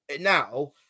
now